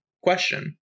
question